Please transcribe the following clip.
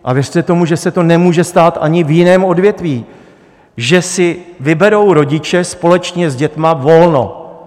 A věřte tomu, že se to nemůže stát ani v jiném odvětví, že si vyberou rodiče společně s dětmi volno.